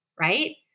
right